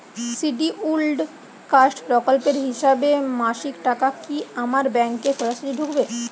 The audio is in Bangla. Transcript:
শিডিউলড কাস্ট প্রকল্পের হিসেবে মাসিক টাকা কি আমার ব্যাংকে সোজাসুজি ঢুকবে?